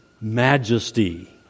majesty